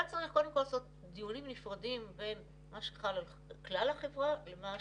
היה צריך קודם כול לעשות דיונים נפרדים בין מה שחל על כלל החברה למה